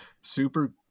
super